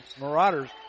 Marauders